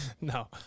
No